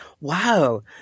wow